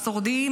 השורדים,